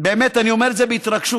באמת אני אומר את זה בהתרגשות,